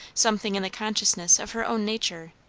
something in the consciousness of her own nature,